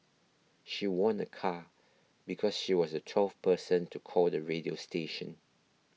she won a car because she was the twelfth person to call the radio station